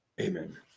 Amen